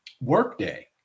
workday